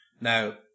Now